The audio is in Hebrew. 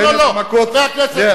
לא, לא, לא, חבר הכנסת.